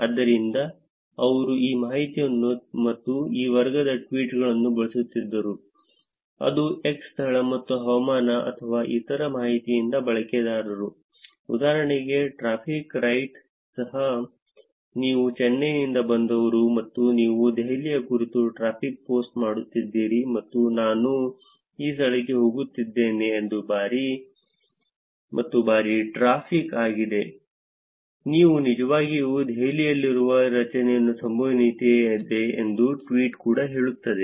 ಆದ್ದರಿಂದ ಅವರು ಈ ಮಾಹಿತಿಯನ್ನು ಮತ್ತು ಈ ವರ್ಗದ ಟ್ವೀಟ್ಗಳನ್ನು ಬಳಸುತ್ತಿದ್ದರು ಅದು x ಸ್ಥಳ ಮತ್ತು ಹವಾಮಾನ ಅಥವಾ ಇತರ ಮಾಹಿತಿಯಿಂದ ಬಳಕೆದಾರರು ಉದಾಹರಣೆಗೆ ಟ್ರಾಫಿಕ್ ರೈಟ್ ಸಹ ನೀವು ಚೆನ್ನೈನಿಂದ ಬಂದವರು ಮತ್ತು ನೀವು ದೆಹಲಿಯ ಕುರಿತು ಟ್ರಾಫಿಕ್ ಪೋಸ್ಟ್ ಮಾಡುತ್ತಿದ್ದೀರಿ ಮತ್ತು ನಾನು ಈ ಸ್ಥಳಕ್ಕೆ ಹೋಗುತ್ತಿದ್ದೇನೆ ಮತ್ತು ಭಾರೀ ಟ್ರಾಫಿಕ್ ಆಗಿದೆ ನೀವು ನಿಜವಾಗಿಯೂ ದೆಹಲಿಯಲ್ಲಿರುವ ಹೆಚ್ಚಿನ ಸಂಭವನೀಯತೆ ಇದೆ ಎಂದು ಟ್ವೀಟ್ ಕೂಡ ಹೇಳುತ್ತಿದೆ